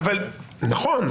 נכון.